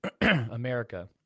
America